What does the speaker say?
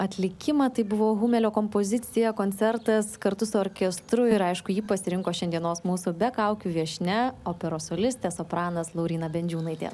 atlikimą tai buvo humelio kompozicija koncertas kartu su orkestru ir aišku jį pasirinko šiandienos mūsų be kaukių viešnia operos solistė sopranas lauryna bendžiūnaitė